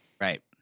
Right